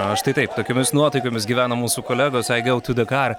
štai taip tokiomis nuotaikomis gyvena mūsų kolegos aigoutudakar